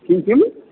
किं किं